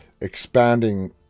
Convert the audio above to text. expanding